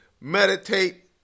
meditate